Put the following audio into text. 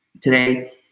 today